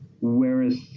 Whereas